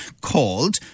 called